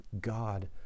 God